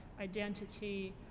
identity